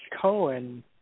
Cohen